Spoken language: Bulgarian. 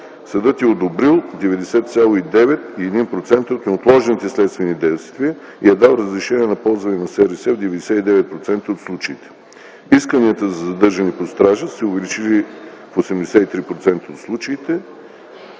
Съдът е одобрил 99,1% от неотложните следствени действия и е дал разрешения за използване на СРС в 99% от случите. Исканията за задържане под стража са уважени в 83% от случаите,